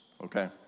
okay